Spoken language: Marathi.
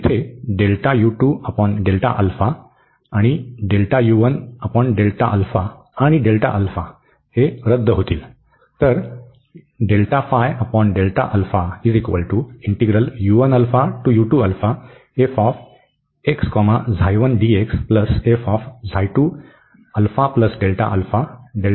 तर येथे आणि रद्द होईल